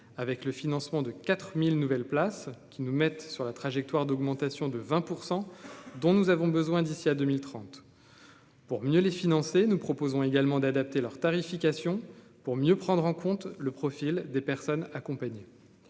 avec le financement de 4000 nouvelles places qui nous mettent sur la trajectoire d'augmentation de 20 % dont nous avons besoin d'ici à 2030 pour mieux les financer, nous proposons également d'adapter leur tarification pour mieux prendre en compte le profil des personnes accompagnées